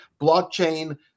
Blockchain